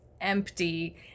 empty